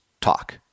talk